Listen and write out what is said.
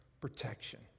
protection